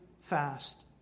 fast